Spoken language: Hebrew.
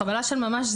חבלה של ממש,